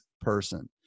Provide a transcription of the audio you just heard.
person